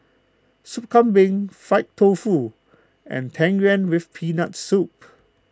Sup Kambing Fried Tofu and Tang Yuen with Peanut Soup